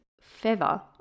feather